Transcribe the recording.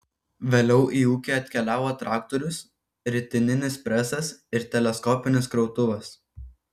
vėliau į ūkį atkeliavo traktorius ritininis presas ir teleskopinis krautuvas